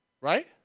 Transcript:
Right